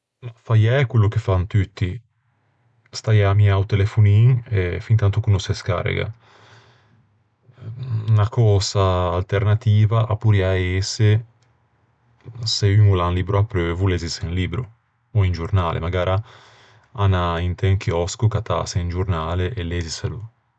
Faiæ quello che fan tutti: staiæ à miâ o telefonin fintanto ch'o no se scarrega. Unna cösa alternativa a porriæ ëse, se un o l'à un libbro apreuvo, lezise un libbro ò un giornale. Magara anâ inte un chiòsco, cattâse un giornale e leziselo.